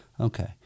Okay